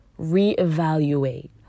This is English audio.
reevaluate